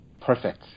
Perfect